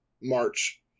March